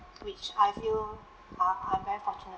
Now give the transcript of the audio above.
which I feel uh I'm very fortunate